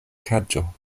kaĝo